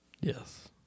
Yes